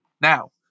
Now